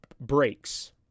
breaks